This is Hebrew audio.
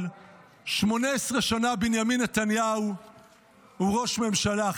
אבל 18 שנה בנימין נתניהו הוא ראש ממשלה.